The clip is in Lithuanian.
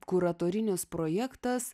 kuratorinis projektas